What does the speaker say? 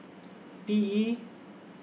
P E